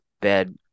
bad